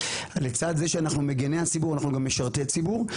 לצד זה שאנחנו מגיני הציבור אנחנו גם משרתי הציבור.